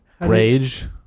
Rage